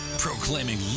Proclaiming